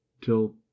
till